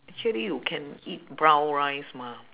actually you can eat brown rice mah